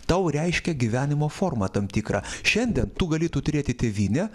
tau reiškia gyvenimo formą tam tikrą šiandien tu gali tu turėti tėvynę